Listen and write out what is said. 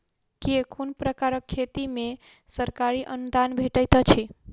केँ कुन प्रकारक खेती मे सरकारी अनुदान भेटैत अछि?